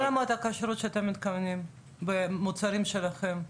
מה רמת הכשרות שאתם מתכוונים במוצרים שלכם?